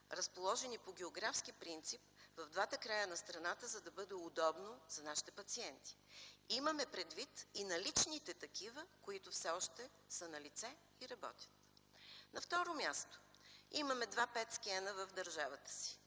разположени по географски принцип в двата края на страната, за да бъде удобно за нашите пациенти. Имаме предвид и наличните такива, които все още са налице и работят. На второ място: имаме два петскена в държавата си,